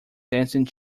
dancing